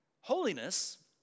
holiness